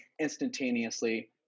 instantaneously